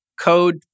code